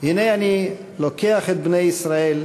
הנה אני לֹקח את בני ישראל,